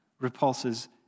repulses